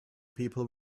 people